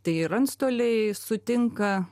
tai ir antstoliai sutinka